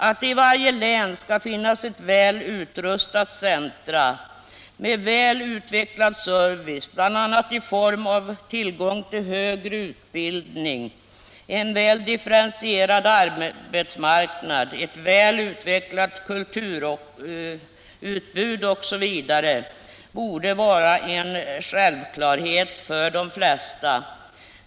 Att det i varje län skall finnas ett väl utrustat centrum med väl utvecklad service, bl.a. i form av tillgång till högre utbildning, en väl differentierad arbetsmarknad, ett väl utvecklat kulturutbud osv., borde vara en självklarhet för de flesta.